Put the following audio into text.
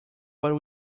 but